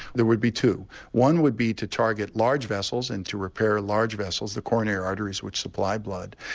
there would be two one would be to target large vessels and to repair large vessels, the coronary arteries which supply blood,